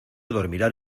dormirán